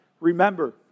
remember